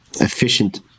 efficient